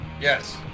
Yes